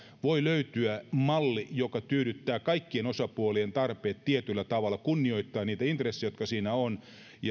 voi löytyä malli joka tyydyttää kaikkien osapuolien tarpeet tietyllä tavalla kunnioittaen niitä intressejä jotka siinä ovat